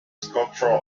sculptural